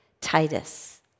Titus